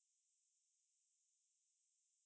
ya the U_K ya